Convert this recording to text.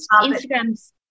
Instagram's